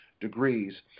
degrees